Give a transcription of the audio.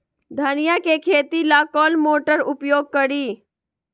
धनिया के खेती ला कौन मोटर उपयोग करी?